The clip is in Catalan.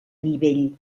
nivell